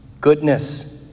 goodness